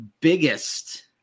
biggest